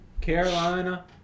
Carolina